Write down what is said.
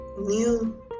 new